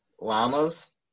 llamas